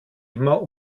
immer